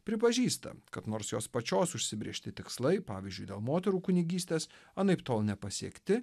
pripažįsta kad nors jos pačios užsibrėžti tikslai pavyzdžiui dėl moterų kunigystės anaiptol nepasiekti